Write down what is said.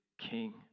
king